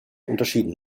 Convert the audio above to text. unterschieden